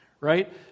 right